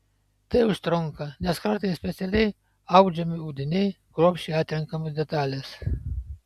tai užtrunka nes kartais specialiai audžiami audiniai kruopščiai atrenkamos detalės